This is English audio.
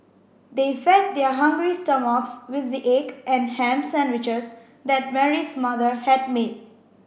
they fed their hungry stomachs with the egg and ham sandwiches that Mary's mother had made